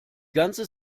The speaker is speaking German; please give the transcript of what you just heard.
ganze